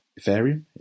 ethereum